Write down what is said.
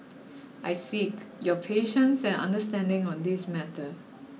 I seek your patience and understanding on this matter